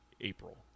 April